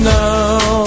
now